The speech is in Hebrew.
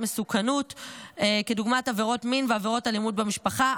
מסוכנות כדוגמת עבירות מין ועבירות אלימות במשפחה,